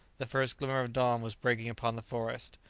the first glimmer of dawn was breaking upon the forest.